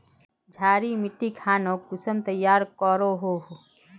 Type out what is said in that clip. क्षारी मिट्टी खानोक कुंसम तैयार करोहो?